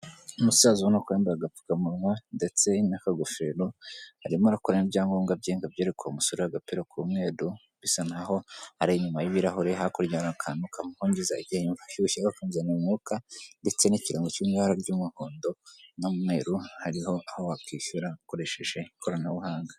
Umusaza ubona ko yambaye agapfukamunwa ndetse n'akagofero, arimo arakuramo ibyangombwa bye ngo abyereko uwo musore w'agapira ku mweru, bisa nk'aho ari inyuma y'ibirahure, hakurya hari akantu kamuhungiza igihe ashyushye kakamuzanira umwuka, ndetse n'ikirango cyo mu ibara ry'umuhondo n'umweru, hariho aho wakwishyura ukoresheje ikoranabuhanga.